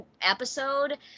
episode